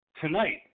tonight